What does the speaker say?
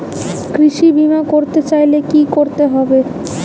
কৃষি বিমা করতে চাইলে কি করতে হবে?